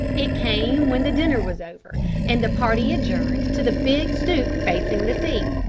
it came when the dinner was over and the party adjourned to the big stoep facing the sea.